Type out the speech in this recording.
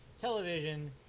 television